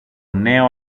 νέο